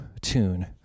tune